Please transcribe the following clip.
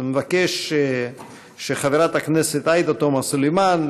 ומבקש שחברת הכנסת עאידה תומא סלימאן,